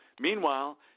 Meanwhile